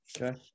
Okay